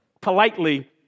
politely